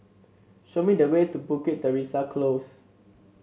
show me the way to Bukit Teresa Close